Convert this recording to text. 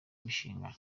imishinga